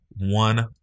one